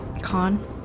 Con